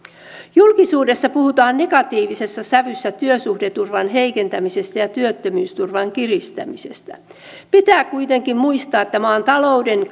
julkisuudessa puhutaan negatiivisessa sävyssä työsuhdeturvan heikentämisestä ja työttömyysturvan kiristämisestä pitää kuitenkin muistaa että maan talouden